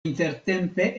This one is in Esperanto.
intertempe